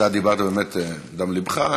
אתה דיברת באמת מדם לבך.